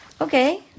Okay